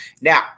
Now